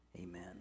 amen